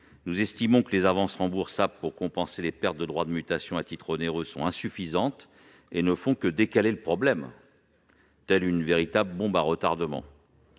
Nous estimons que les avances remboursables pour compenser les pertes de droits de mutation à titre onéreux sont insuffisantes et ne font que décaler le problème, telle une véritable bombe à retardement.